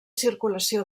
circulació